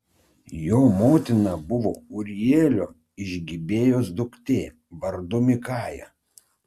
jo motina buvo ūrielio iš gibėjos duktė vardu mikaja